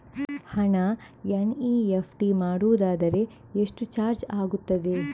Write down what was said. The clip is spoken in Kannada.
ಹಣ ಎನ್.ಇ.ಎಫ್.ಟಿ ಮಾಡುವುದಾದರೆ ಎಷ್ಟು ಚಾರ್ಜ್ ಆಗುತ್ತದೆ?